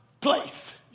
place